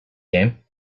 game